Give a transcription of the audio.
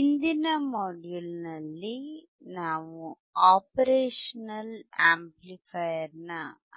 ಹಿಂದಿನ ಮಾಡ್ಯೂಲ್ನಲ್ಲಿ ನಾವು ಆಪರೇಷನಲ್ ಆಂಪ್ಲಿಫೈಯರ್ನ